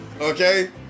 okay